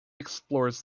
explores